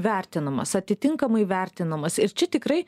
vertinamas atitinkamai vertinamas ir čia tikrai